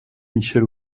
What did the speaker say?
michel